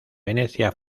venecia